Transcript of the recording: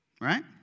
right